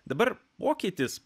dabar mokytis